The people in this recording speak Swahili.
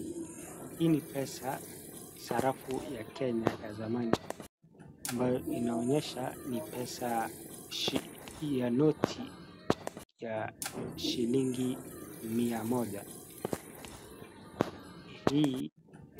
Hii ni pesa, sarafu ya Kenya ya zamani ambayo inaonyesha ni pesa ya noti ya shilingi mia moja, hii